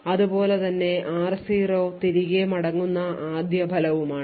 അതുപോലെ തന്നെ r0 തിരികെ മടങ്ങുന്ന ആദ്യ ഫലവുമാണ്